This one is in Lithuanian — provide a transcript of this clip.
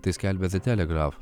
tai skelbia de telegraf